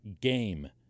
game